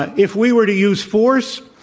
but if we were to use force,